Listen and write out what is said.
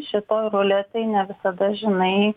šitoj ruletėj ne visada žinai